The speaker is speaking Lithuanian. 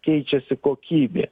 keičiasi kokybė